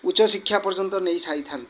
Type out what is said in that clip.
ଉଚ୍ଚଶିକ୍ଷା ପର୍ଯ୍ୟନ୍ତ ନେଇସାରିଥାନ୍ତି